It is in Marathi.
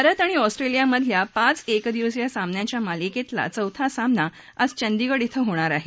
भारत आणि ऑस्ट्रेलियामधल्या पाच एकदिवसीय सामन्यांच्या मालिकेतला चौथा सामना आज चंदीगड इथं होणार आहे